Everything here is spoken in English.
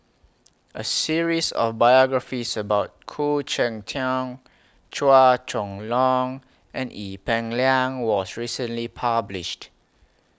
A series of biographies about Khoo Cheng Tiong Chua Chong Long and Ee Peng Liang was recently published